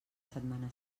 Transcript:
setmana